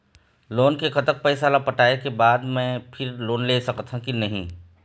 Loan के कतक पैसा ला पटाए के बाद मैं फिर लोन ले सकथन कि नहीं?